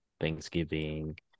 Thanksgiving